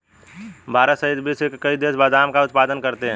भारत सहित विश्व के कई देश बादाम का उत्पादन करते हैं